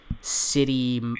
City